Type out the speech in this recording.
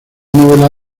novela